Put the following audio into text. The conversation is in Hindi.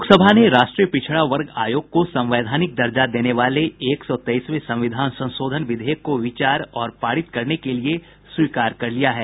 लोकसभा ने राष्ट्रीय पिछड़ा वर्ग आयोग को संवैधानिक दर्जा देने वाले एक सौ तेईसवें संविधान संशोधन विधेयक को विचार और पारित करने के लिए स्वीकार कर लिया है